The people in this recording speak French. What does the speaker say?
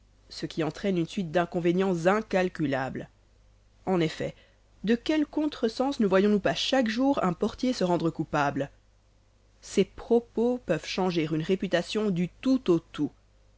ce qui entraîne une suite d'inconvéniens incalculables en effet de quels contre-sens ne voyons-nous pas chaque jour un portier se rendre coupable ses propos peuvent changer une réputation du tout